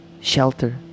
shelter